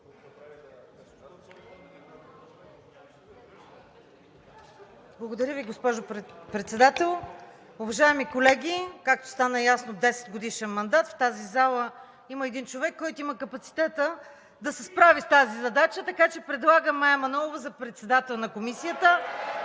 Благодаря Ви, госпожо Председател. Уважаеми колеги, както стана ясно – в десетгодишен мандат, в тази зала има един човек, който има капацитета да се справи с тази задача, така че предлагам Мая Манолова за председател на комисията